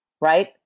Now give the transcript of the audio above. right